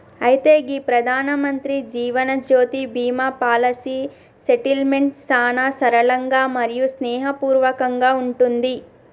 అయితే గీ ప్రధానమంత్రి జీవనజ్యోతి బీమా పాలసీ సెటిల్మెంట్ సానా సరళంగా మరియు స్నేహపూర్వకంగా ఉంటుంది